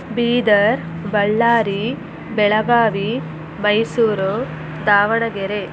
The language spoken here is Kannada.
ಬೀದರ್ ಬಳ್ಳಾರಿ ಬೆಳಗಾವಿ ಮೈಸೂರು ದಾವಣಗೆರೆ